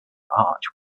arch